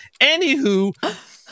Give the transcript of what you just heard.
Anywho